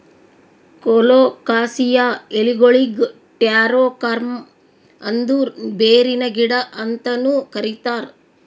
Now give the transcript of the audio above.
colocasia ಎಲಿಗೊಳಿಗ್ taro corm ಅಂದುರ್ ಬೇರಿನ ಗಿಡ ಅಂತನು ಕರಿತಾರ್